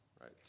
right